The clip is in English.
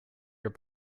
your